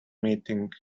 meeting